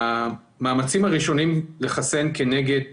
המאמצים הראשונים לחסן כנגד